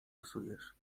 psujesz